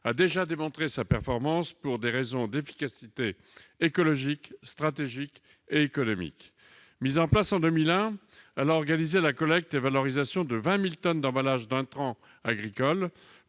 a déjà démontré sa performance en raison de son efficacité écologique, stratégique et économique. Mise en place en 2001, elle a organisé la collecte et la valorisation de 20 000 tonnes d'emballages d'intrants agricoles,